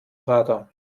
radar